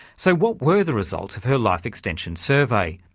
so what were the results of her life extension survey?